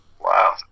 Wow